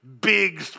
Big